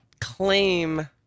claim